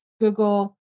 Google